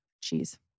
cheese